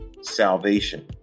salvation